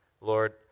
Lord